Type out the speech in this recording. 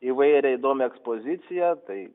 įvairiai įdomią ekspoziciją tai